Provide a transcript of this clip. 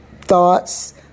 thoughts